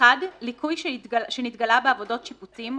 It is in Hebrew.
(1) ליקוי שנתגלה בעבודות שיפוצים,